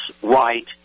white